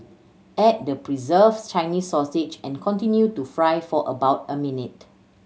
add the preserved Chinese sausage and continue to fry for about a minute